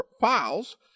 files